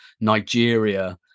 Nigeria